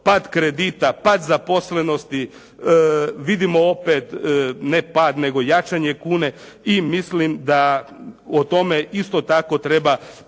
Pad kredita, pad zaposlenosti. Vidimo opet ne pad nego jačanje kune i mislim da o tome isto tako treba